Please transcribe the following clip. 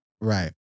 Right